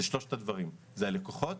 שלושת הדברים: הלקוחות,